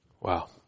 Wow